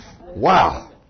Wow